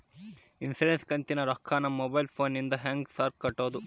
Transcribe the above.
Insurance ಕಂತಿನ ರೊಕ್ಕನಾ mobile ಫೋನಿಂದ ಹೆಂಗ್ ಸಾರ್ ಕಟ್ಟದು?